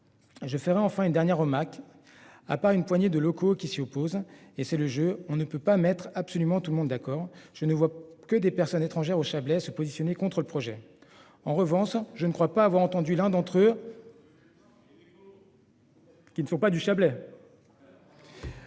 Je ferais enfin une dernière au Mac à part une poignée de locaux qui s'y opposent et c'est le jeu, on ne peut pas mettre absolument tout le monde d'accord, je ne vois que des personnes étrangères au Chablais se positionner contre le projet. En revanche je ne crois pas avoir entendu l'un d'entre eux. Qu'il ne faut pas du Chablais.